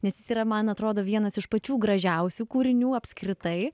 nes jis yra man atrodo vienas iš pačių gražiausių kūrinių apskritai